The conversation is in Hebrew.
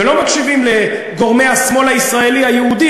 ולא מקשיבים לגורמי השמאל הישראלי היהודי,